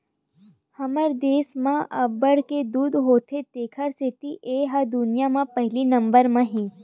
हमर देस म अब्बड़ के दूद होथे तेखर सेती ए ह दुनिया म पहिली नंबर म हे